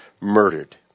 murdered